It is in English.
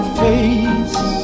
face